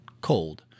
cold